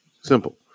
Simple